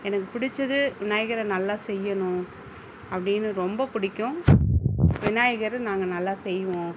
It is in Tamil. எனக்கு பிடிச்சது விநாயகரை நல்லா செய்யணும் அப்படின்னு ரொம்ப பிடிக்கும் விநாயகர் நாங்கள் நல்லா செய்வோம்